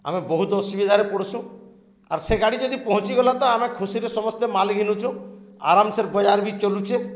ଆମେ ବହୁତ ଅସୁବିଧାରେ ପଡ଼ୁସୁଁ ଆର୍ ସେ ଗାଡ଼ି ଯଦି ପହଞ୍ଚିଗଲା ତ ଆମେ ଖୁସିରେ ସମସ୍ତେ ମାଲ ଘିନୁଚୁ ଆରାମ୍ସେ ବଜାର ବି ଚଲୁଛେ